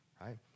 Right